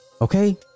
Okay